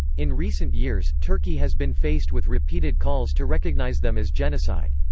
in recent years, turkey has been faced with repeated calls to recognize them as genocide.